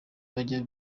bajya